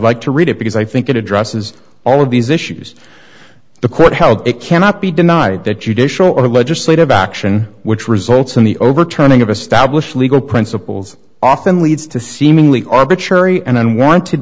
like to read it because i think it addresses all of these issues the court how it cannot be denied that judicial or legislative action which results in the overturning of a stablish legal principles often leads to seemingly arbitrary and unwanted